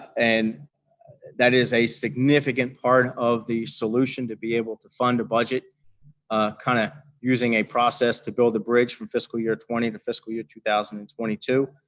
and that is a significant part of the solution to be able to fund a budget kind of using a process to build a bridge from fiscal year twenty to fiscal year two thousand and twenty two.